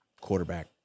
quarterback